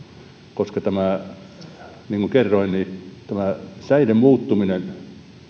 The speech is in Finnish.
koska niin kuin kerroin tämä säiden muuttuminen